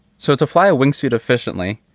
so to fly a wingsuit efficiently?